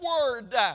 word